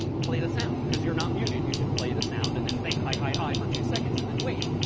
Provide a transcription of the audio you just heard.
play the sound, because you're not muted. you should play the sound and then think hi hi hi for two seconds and then wait,